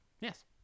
Yes